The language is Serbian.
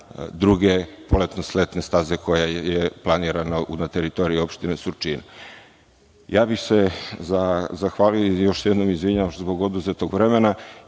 druge poletno-sletne staze koja je planirana na teritoriji opštine Surčin. Ja bih se zahvalio i još jednom izvinjavam zbog oduzetog vremena